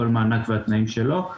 כל מענק והתנאים שלו,